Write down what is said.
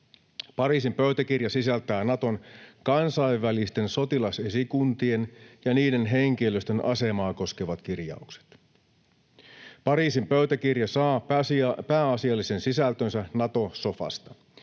Pariisin pöytäkirja sisältää Naton kansainvälisten sotilasesikuntien ja niiden henkilöstön asemaa koskevat kirjaukset. Pariisin pöytäkirja saa pääasiallisen sisältönsä Nato-sofasta.